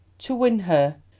to win her,